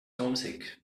homesick